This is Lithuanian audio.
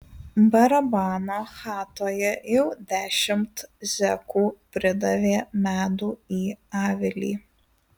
barabano chatoje jau dešimt zekų pridavė medų į avilį